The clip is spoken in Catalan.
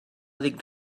dic